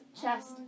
chest